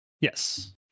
Yes